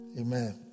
Amen